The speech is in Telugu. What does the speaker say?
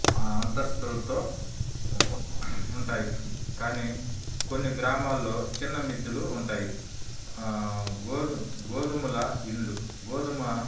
అంతస్తులతో ఉంటాయి కానీ కొన్ని గ్రామాల్లో చిన్న మిద్దెలు ఉంటాయి గోధుమల ఇళ్ళు గోధుమ